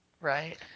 Right